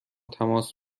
تماس